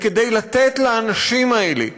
וכדי לתת לאנשים האלה,